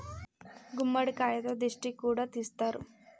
గుమ్మడికాయతో దిష్టి కూడా తీస్తారు